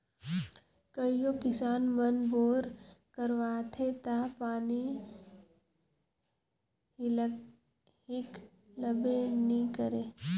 कइयो किसान मन बोर करवाथे ता पानी हिकलबे नी करे